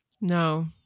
No